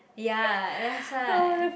ya that's why